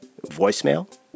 voicemail